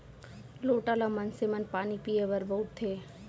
लोटा ल मनसे मन पानी पीए बर बउरथे